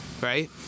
right